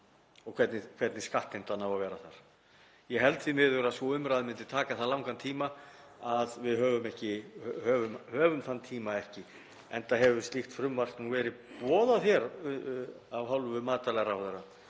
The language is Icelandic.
enda hefur frumvarp nú verið boðað hér af hálfu matvælaráðherra þar sem á að endurskoða þá hluti. Það er rétt að við fórum í skattlagningu hér fyrir jól,